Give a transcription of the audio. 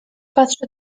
patrzy